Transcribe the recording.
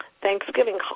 Thanksgiving